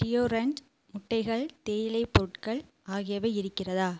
deodorant முட்டைகள் தேயிலை பொருட்கள் ஆகியவை இருக்கிறதா